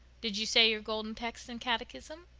did you say your golden text and catechism?